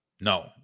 No